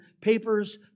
papers